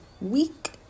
week